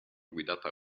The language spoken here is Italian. guidata